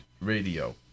Radio